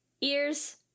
ears